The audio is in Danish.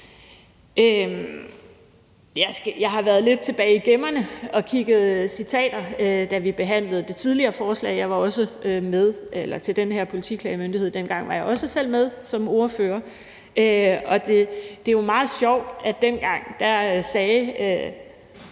Jeg har været lidt tilbage i gemmerne og kigget på citater, fra da vi behandlede det tidligere forslag om den her politiklagemyndighed, og dengang var jeg også selv med som ordfører. Det er meget sjovt, at dengang sagde